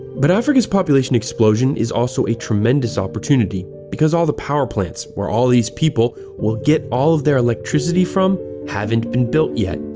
but africa's population explosion is also a tremendous opportunity because all the power plants where all these people will get all their electricity from haven't been built yet.